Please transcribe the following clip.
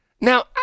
Now